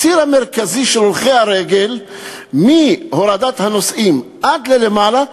הציר המרכזי של הולכי הרגל מהורדת הנוסעים עד למעלה,